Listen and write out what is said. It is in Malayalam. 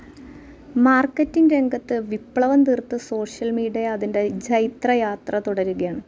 മാര്ക്കെറ്റിങ് രംഗത്ത് വിപ്ലവം തീര്ത്ത സോഷ്യല് മീഡിയ അതിന്റെ ജൈത്ര യാത്ര തുടരുകയാണ്